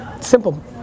Simple